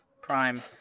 Prime